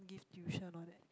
give tuition all that